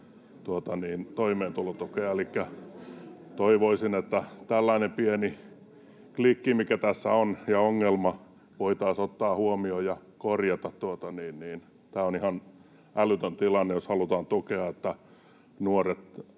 toimeentulotukea. Elikkä toivoisin, että tällainen pieni klikki, mikä tässä on, ja ongelma voitaisiin ottaa huomioon ja korjata. Tämä on ihan älytön tilanne, jos halutaan tukea nuoria